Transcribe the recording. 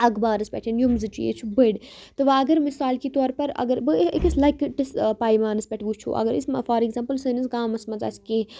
اخبارَس پٮ۪ٹھ یِم زٕ چیٖز چھِ بٔڑۍ تہٕ وٕ اگر مِثال کے طور پَر اگر بہٕ أکِس لَکٕٹِس پایمَانَس پٮ۪ٹھ وٕچھو اگر أسۍ فار ایٚکزامپٕل سٲنِس گامَس منٛز آسہِ کینٛہہ